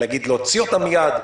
ולהגיד: להוציא אותם מייד.